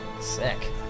sick